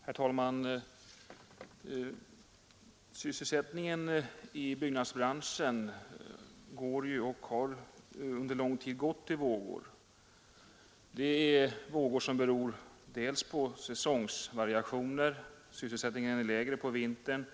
Herr talman! Sysselsättningen i byggnadsbranschen går och har under lång tid gått i vågor. Det är vågor som beror dels på säsongvariationer — sysselsättningen är lägre på vintern